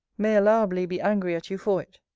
may allowably be angry at you for it.